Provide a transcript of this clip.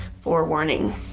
forewarning